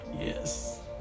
Yes